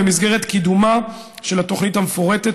במסגרת קידומה של התוכנית המפורטת,